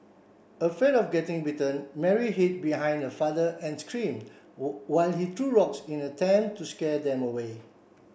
afraid of getting bitten Mary hid behind her father and scream while he threw rocks in attempt to scare them away